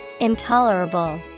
Intolerable